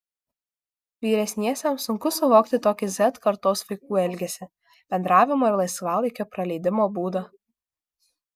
vyresniesiems sunku suvokti tokį z kartos vaikų elgesį bendravimo ir laisvalaikio praleidimo būdą